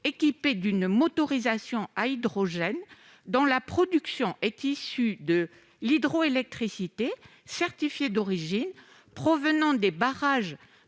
équipés d'une motorisation à hydrogène, dont la production est issue de l'hydroélectricité certifiée d'origine, provenant des barrages